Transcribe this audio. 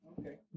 Okay